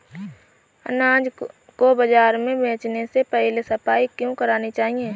अनाज को बाजार में बेचने से पहले सफाई क्यो करानी चाहिए?